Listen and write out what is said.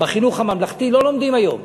בחינוך הממלכתי, לא לומדים היום.